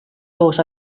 thought